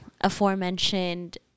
aforementioned